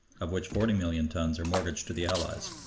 of which forty million tons are mortgaged to the allies.